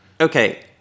Okay